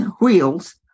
wheels